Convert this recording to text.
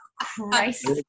Christ